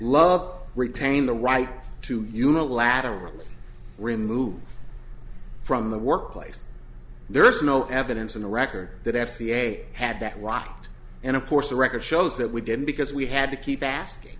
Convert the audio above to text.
love retain the right to unilaterally remover from the workplace there is no evidence in the record that f d a had that walk and of course the record shows that we didn't because we had to keep asking